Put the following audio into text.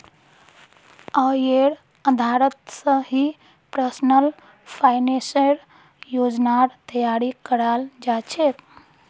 आयेर आधारत स ही पर्सनल फाइनेंसेर योजनार तैयारी कराल जा छेक